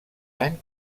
any